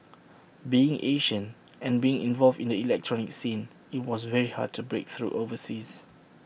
being Asian and being involved in the electronic scene IT was very hard to break through overseas